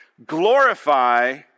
Glorify